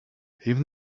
even